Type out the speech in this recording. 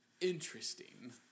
Interesting